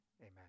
Amen